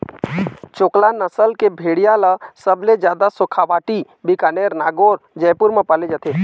चोकला नसल के भेड़िया ल सबले जादा सेखावाटी, बीकानेर, नागौर, जयपुर म पाले जाथे